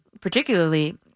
particularly